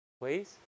please